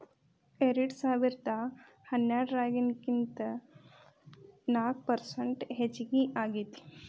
ಎರೆಡಸಾವಿರದಾ ಹನ್ನೆರಡರಾಗಿನಕಿಂತ ನಾಕ ಪರಸೆಂಟ್ ಹೆಚಗಿ ಆಗೇತಿ